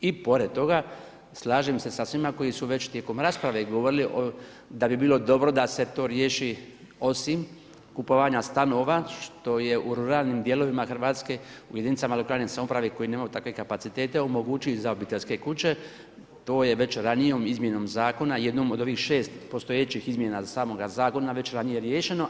I pored toga slažem se sa svima koji su već tijekom rasprave govorili da bi bilo dobro da se to riješi, osim kupovanja stanova, što je u ruralnim dijelovima Hrvatske, u jedinicama lokalne samouprave koji nemaju takve kapacitete, omogućit za obiteljske kuće, to je već ranijom izmjenom zakona, jednom od ovih 6 postojećih izmjena samoga zakona već ranije riješeno.